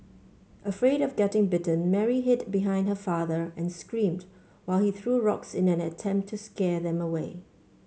afraid of getting bitten Mary hid behind her father and screamed while he threw rocks in an attempt to scare them away